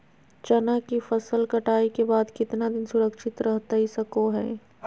चना की फसल कटाई के बाद कितना दिन सुरक्षित रहतई सको हय?